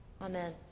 Amen